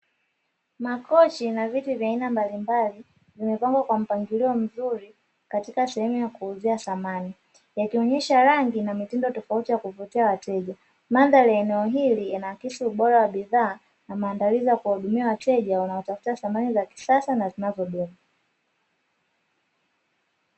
Makochi na viti vya aina mbalimbali vimepangwa kwa mpangilio mzuri katika sehemu ya kuuzia samani, yakionyesha rangi na mitindo tofauti ya kuvutia wateja. Mandhari ya eneo hili yanaakisi ubora wa bidhaa na maandilizi ya kuwahudia wateja wanaotafuta samani za kisasa na zinazodumu.